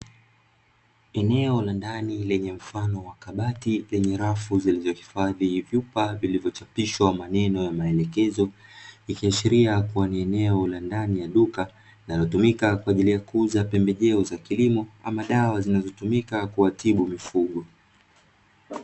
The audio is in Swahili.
Eneo la ndani lenye mfano wa kabati lenye rafu zilizohifadhi vyupa vilivyochapishwa maneno ya maelekezo, ikiashiria kuwa ni eneo la ndani ya duka linalotumika kwa ajili ya kuuza pembejeo za kilimo, ama dawa zinazotumika kuwatibu mifugo.